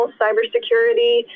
cybersecurity